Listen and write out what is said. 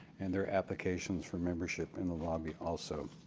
and there are applications for membership in the lobby also.